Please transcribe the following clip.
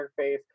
interface